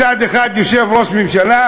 מצד אחד יושב ראש הממשלה,